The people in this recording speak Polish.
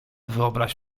wyobraź